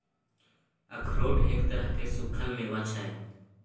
अखरोट एक तरहक सूक्खल मेवा छै